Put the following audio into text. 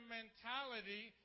mentality